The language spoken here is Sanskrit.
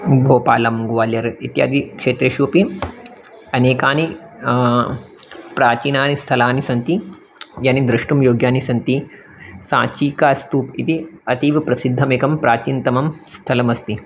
भोपाल् ग्वाल्यर् इत्यादि क्षेत्रेषु अपि अनेकानि प्राचीनानि स्थलानि सन्ति यानि द्रष्टुं योग्यानि सन्ति साचीकास्तूपः इति अतीव प्रसिद्धमेकं प्राचीनतमं स्थलमस्ति